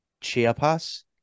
Chiapas